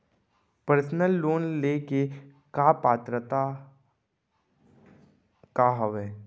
Personal loan ले के का का पात्रता का हवय?